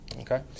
Okay